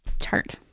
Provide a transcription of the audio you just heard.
chart